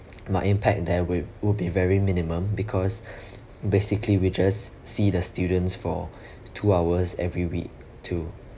my impact there will will be very minimum because basically we just see the students for two hours every week to